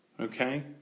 Okay